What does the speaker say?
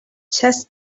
chess